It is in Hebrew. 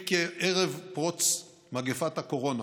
ערב פרוץ מגפת הקורונה